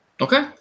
Okay